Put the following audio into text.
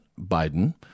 Biden